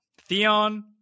Theon